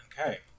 okay